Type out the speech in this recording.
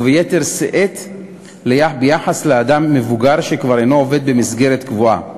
וביתר שאת ביחס לאדם מבוגר שכבר אינו עובד במסגרת קבועה.